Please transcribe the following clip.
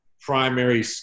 primary